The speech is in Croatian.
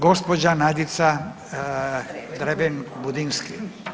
Gospođa Nadica Dreven Budinski.